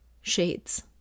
shades